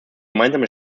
gemeinsame